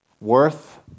worth